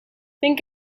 think